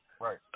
Right